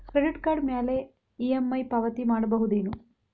Credit card ಮ್ಯಾಲೆ EMI ಪಾವತಿ ಮಾಡ್ಬಹುದೇನು?